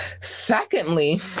Secondly